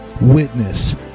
witness